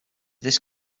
disc